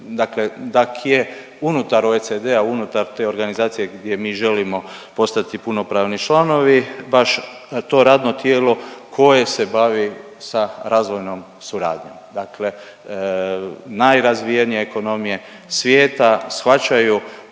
dakle DAC je unutar OECD-a, unutar te organizacije gdje mi želimo postati punopravni članovi, baš to radno tijelo koje se bavi sa razvojnom suradnjom. Dakle, najrazvijenije ekonomije svijeta shvaćaju